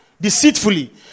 deceitfully